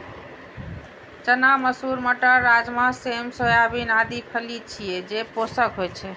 चना, मसूर, मटर, राजमा, सेम, सोयाबीन आदि फली छियै, जे पोषक होइ छै